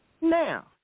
Now